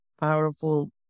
powerful